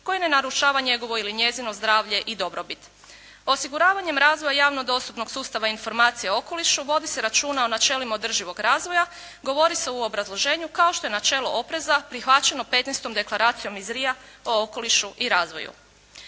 koji ne narušava njegovo ili njezino zdravlje ili dobrobit. Osiguravanjem razvoja javnog dostupnog sustava informacija u okolišu vodi se o računima o načelima održivog razvoja, govori se u obrazloženju kao što je načelo opreza prihvaćeno 15-tom Deklaracijom iz Ria o okolišu i razvoju.